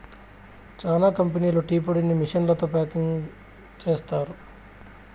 చానా కంపెనీలు టీ పొడిని మిషన్లతో ప్యాకింగ్ చేస్తారు